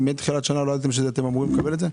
מתחילת השנה לא ידעתם שאתם אמורים לקבל את זה?